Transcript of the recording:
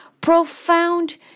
profound